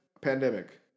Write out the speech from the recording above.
pandemic